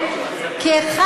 בעצם, גם אם היה להם תיק פלילי.